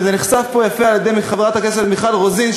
וזה נחשף פה יפה על ידי חברת הכנסת מיכל רוזין,